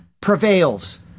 prevails